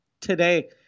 today